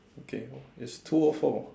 okay oh it's two O four